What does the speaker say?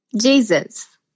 Jesus